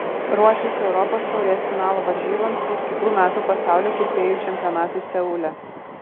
ruošis europos taurės finalo varžyboms ir kitų metų pasaulio kirpėjų čempionatui seule